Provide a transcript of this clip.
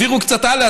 העבירו קצת הלאה,